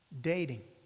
dating